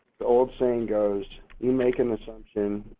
the old saying goes, you make an assumption,